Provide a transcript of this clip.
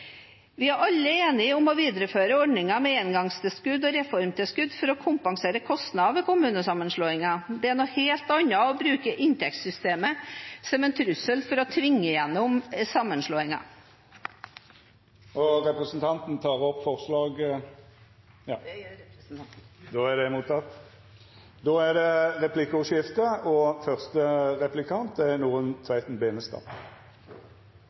Vi er alle enige om å videreføre ordningene om engangstilskudd og reformtilskudd for å kompensere kostnader ved kommunesammenslåinger. Det er noe helt annet å bruke inntektssystemet som en trussel for å tvinge gjennom sammenslåinger. Vil representanten Heidi Greni ta opp forslag? Det vil representanten. Da har representanten Heidi Greni teke opp forslaget frå Senterpartiet, Sosialistisk Venstreparti og Kristeleg Folkeparti. Det vert replikkordskifte.